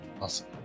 awesome